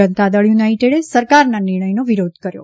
જનતાદળ યુનાઇટેડે સરકારના નિર્ણયનો વિરોધ કર્યો